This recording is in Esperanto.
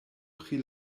pri